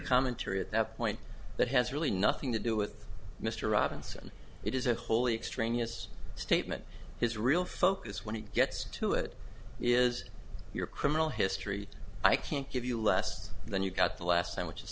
commentary at that point that has really nothing to do with mr robinson it is a wholly extraneous statement his real focus when he gets to it is your criminal history i can't give you less than you got the last time which is